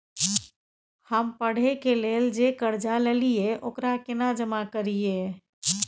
हम पढ़े के लेल जे कर्जा ललिये ओकरा केना जमा करिए?